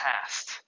past